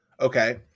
okay